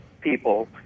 people